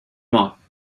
off